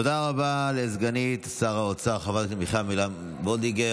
תודה רבה לסגנית שר האוצר חברת הכנסת מיכל מרים וולדיגר.